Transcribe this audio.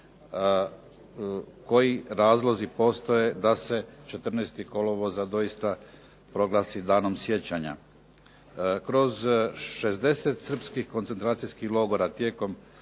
koji razlozi postoje da se 14. kolovoza doista proglasi danom sjećanja. Kroz 60 Srpskih koncentracijskih logora tijekom